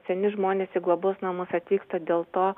seni žmonės į globos namus atvyksta dėl to